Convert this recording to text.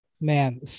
Man